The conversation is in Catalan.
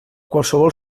qualsevol